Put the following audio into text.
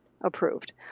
approved